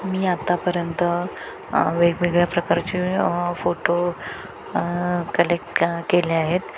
मी आत्तापर्यंत वेगवेगळ्या प्रकारचे फोटो कलेक्ट केले आहेत